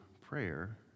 prayer